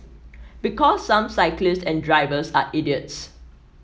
because some cyclists and drivers are idiots